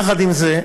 יחד עם זה,